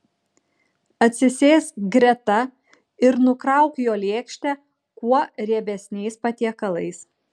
atsisėsk greta ir nukrauk jo lėkštę kuo riebesniais patiekalais